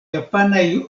japanaj